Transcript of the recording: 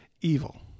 evil